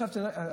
עכשיו תראה,